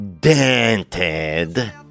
dented